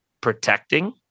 protecting